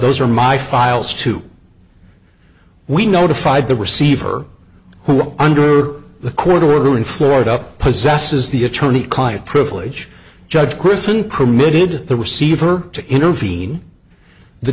those are my files too we notified the receiver who are under the court order in florida possesses the attorney client privilege judge griffin permitted the receiver to intervene the